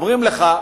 אומרים לך: